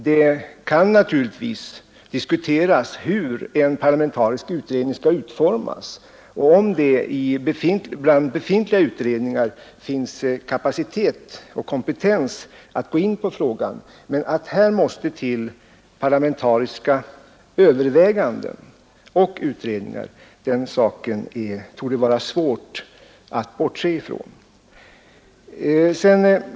Det kan naturligtvis diskuteras hur en parlamentarisk utredning skall utformas och om det bland befintliga utredningar finns kapacitet och kompetens att gå in på frågan, men att här måste till parlamentariska överväganden och utredningar, den saken torde det vara svårt att bortse ifrån.